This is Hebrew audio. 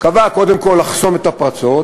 קבעה קודם כול לחסום את הפרצות,